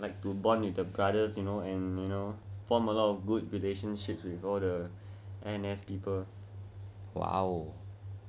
like to bond with the brothers you know and form all the good relationship with the N_S people